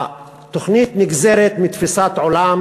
התוכנית נגזרת מתפיסת עולם